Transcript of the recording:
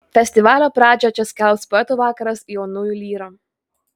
festivalio pradžią čia skelbs poetų vakaras jaunųjų lyra